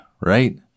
right